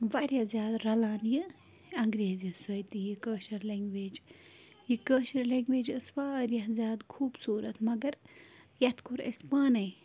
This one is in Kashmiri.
وارِیاہ زیادٕ رَلان یہِ انگریزس سۭتۍ یہِ کٲشٕر لنگویج یہِ کٲشٕر لنگویج ٲسۍ وارِیاہ زیادٕ خُوبصوٗرت مگر یَتھ کوٚر اَسہِ پانے